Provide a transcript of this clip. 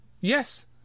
yes